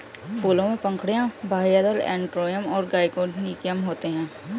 फूलों में पंखुड़ियाँ, बाह्यदल, एंड्रोमियम और गाइनोइकियम होते हैं